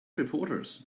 reporters